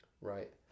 right